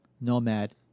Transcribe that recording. nomad